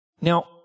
Now